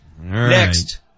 Next